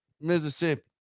Mississippi